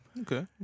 Okay